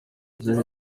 byari